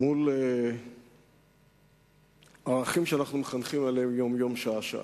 מול ערכים שאנחנו מחנכים עליהם יום-יום, שעה-שעה.